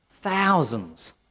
thousands